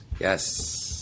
Yes